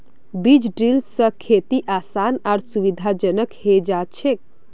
बीज ड्रिल स खेती आसान आर सुविधाजनक हैं जाछेक